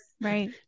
Right